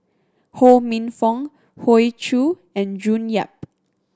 Ho Minfong Hoey Choo and June Yap